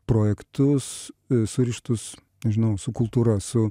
projektus surištus nežinau su kultūra su